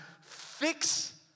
fix